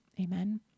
Amen